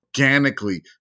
organically